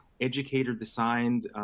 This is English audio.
educator-designed